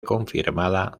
confirmada